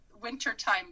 wintertime